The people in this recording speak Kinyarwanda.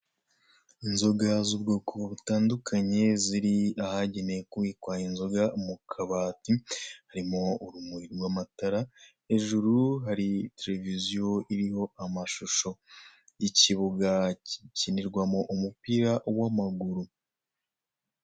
Inzoga z'ubwoko butandukanye ziri ahagenewe kubikwa inzoga mu kabati harimo urumuri rw'amatara, hejuru hari televiziyo iriho amashusho y'ikibuga gikinirwamo umupira w'amaguru.